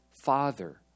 father